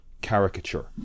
caricature